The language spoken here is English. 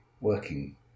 working